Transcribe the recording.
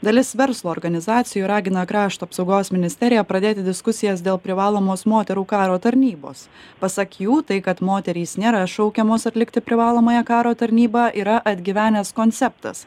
dalis verslo organizacijų ragina krašto apsaugos ministeriją pradėti diskusijas dėl privalomos moterų karo tarnybos pasak jų tai kad moterys nėra šaukiamos atlikti privalomąją karo tarnybą yra atgyvenęs konceptas